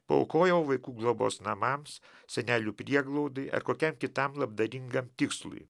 paaukojau vaikų globos namams senelių prieglaudai ar kokiam kitam labdaringam tikslui